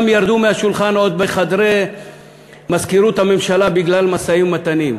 ירדו מהשולחן עוד בחדרי מזכירות הממשלה בגלל משאים-ומתנים.